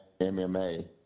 MMA